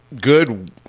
good